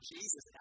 Jesus